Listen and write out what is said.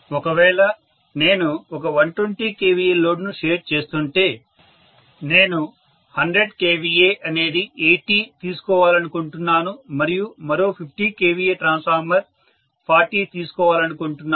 ఒకవేళ నేను ఒక 120kVA లోడ్ను షేర్ చేస్తుంటే నేను 100 kVA అనేది 80 తీసుకోవాలనుకుంటున్నాను మరియు మరో 50kVA ట్రాన్స్ఫార్మర్ 40 తీసుకోవాలనుకుంటున్నాను